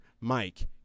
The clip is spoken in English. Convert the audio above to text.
Mike